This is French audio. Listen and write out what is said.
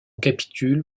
capitule